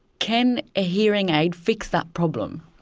can a hearing aid fix that problem?